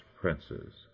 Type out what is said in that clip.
princes